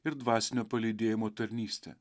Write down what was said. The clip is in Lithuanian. ir dvasinio palydėjimo tarnystę